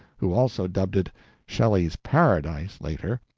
who also dubbed it shelley's paradise later,